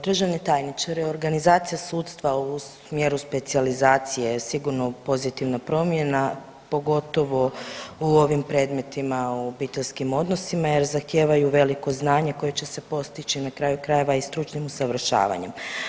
Državni tajniče, reorganizacija sudstva u smjeru specijalizacije je sigurno pozitivna promjena, pogotovo u ovim predmetima u obiteljskim odnosima jer zahtijevaju veliko znanje koje će se postići na kraju krajeva i stručnim usavršavanjem.